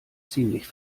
ziemlich